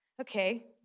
Okay